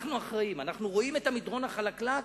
אנחנו האחראים, אנחנו רואים את המדרון החלקלק,